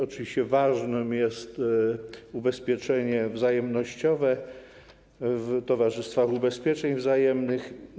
Oczywiście ważne jest ubezpieczenie wzajemnościowe w towarzystwach ubezpieczeń wzajemnych.